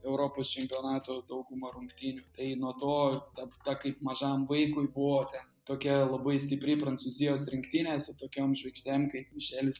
europos čempionato daugumą rungtynių tai nuo to ta ta kaip mažam vaikui buvo ten tokia labai stipriai prancūzijos rinktinė su tokiom žvaigždėm kaip mišelis